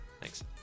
thanks